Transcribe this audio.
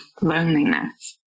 loneliness